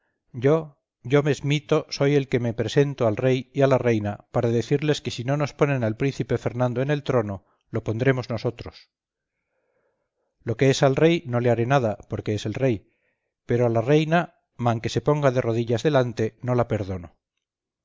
yo yo mesmito soy el que me presento al rey y a la reina para decirles que si no nos ponen al príncipe fernando en el trono lo pondremos nosotros lo que es al rey no le haré nada porque es el rey pero a la reina manque se ponga de rodillas delante no la perdono